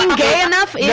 um gay enough yeah